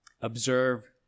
observe